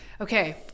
Okay